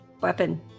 weapon